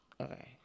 Okay